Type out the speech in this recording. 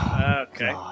Okay